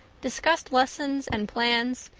discussed lessons and plans,